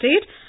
state